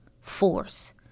force